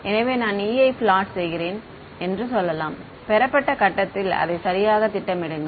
எனவே நான் E ஐ பிளாட் செய்கிறேன் என்று சொல்லலாம் பெறப்பட்ட கட்டத்தில் அதை சரியாகத் திட்டமிடுங்கள்